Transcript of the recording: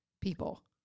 people